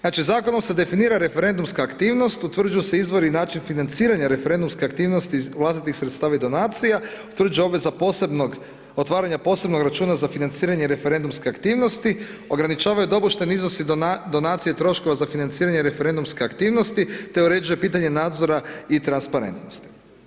Znači, Zakonom se definira referendumska aktivnost, utvrđuju se izvori i način financiranja referendumske aktivnosti iz vlastitih sredstava i donacija, utvrđuje obveza posebnog, otvaranja posebnog računa za financiranje referendumske aktivnosti, ograničavaju dopušteni iznosi donacije troškova za financiranje referendumske aktivnosti, te uređuje pitanje nadzora i transparentnosti.